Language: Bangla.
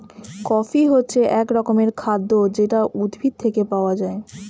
কফি হচ্ছে এক রকমের খাদ্য যেটা উদ্ভিদ থেকে পাওয়া যায়